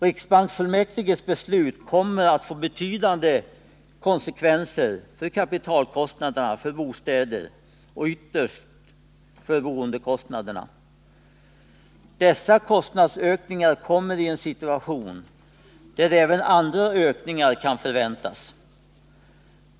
Riksbanksfullmäktiges beslut kommer att få betydande konsekvenser för kapitalkostnaderna för bostäder och ytterst för boendekostnaderna. Dessa kostnadsökningar kommer i en situation då även andra ökningar kan förväntas.